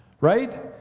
right